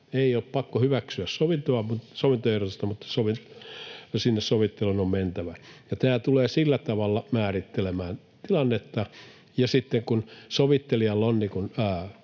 Ei ole pakko hyväksyä sovintoehdotusta, mutta sinne sovitteluun on mentävä. Eli tämä tulee sillä tavalla määrittelemään tilannetta. Sitten kun sovittelijalle on